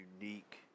unique